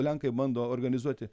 lenkai bando organizuoti